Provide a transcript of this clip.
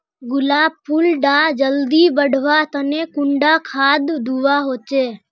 गुलाब फुल डा जल्दी बढ़वा तने कुंडा खाद दूवा होछै?